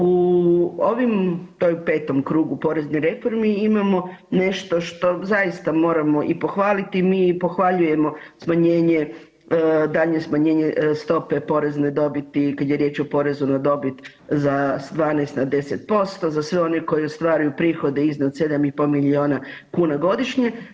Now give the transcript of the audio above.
U ovim 5. krugu poreznih reformi imamo nešto što zaista moramo i pohvaliti i mi i pohvaljujemo smanjenje, daljnje smanjenje stope porezne dobiti kad je riječ o porezu na dobit za 12 na 10% za sve one koji ostvaruju prihode iznad 7,5 milijuna kuna godišnje.